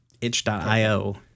itch.io